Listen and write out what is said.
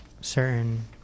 certain